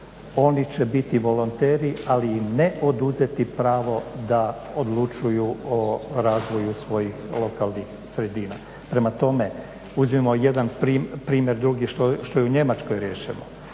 oni će biti volonteri, ali im ne oduzeti pravo da odlučuju o razvoju svojih lokalnih sredina. Prema tome, uzmimo jedan primjer drugi što je u Njemačkoj riješeno.